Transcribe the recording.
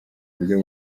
uburyo